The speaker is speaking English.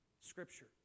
Scripture